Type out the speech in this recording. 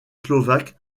slovaque